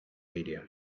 media